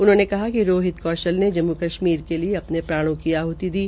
उन्होंने कहा कि रोहित कौशल ने जम्मू कश्मीर के लिए अ ने प्राणों की आह्ति दी